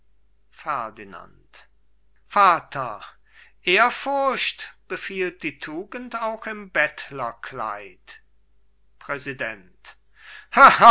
ferdinand vater ehrfurcht befiehlt die tugend auch im bettlerkleid präsident